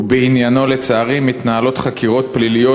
ובעניינו, לצערי, מתנהלות חקירות פליליות.